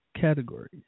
Categories